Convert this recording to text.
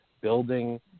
building